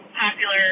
popular